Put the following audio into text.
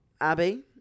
Abby